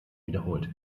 wiederholt